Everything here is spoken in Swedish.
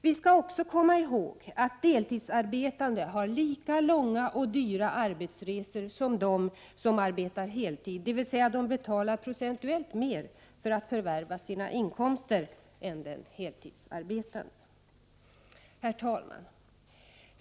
Vi skall också komma ihåg att deltidsarbetande har lika långa och dyra arbetsresor som de som arbetar heltid, dvs. de betalar procentuellt mer för att förvärva sina inkomster än de heltidsarbetande. Herr talman!